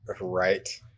right